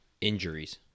Injuries